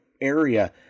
area